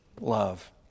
love